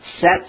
set